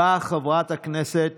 באה חברת הכנסת